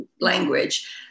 language